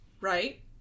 Right